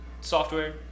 software